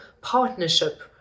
partnership